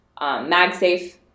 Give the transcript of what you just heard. MagSafe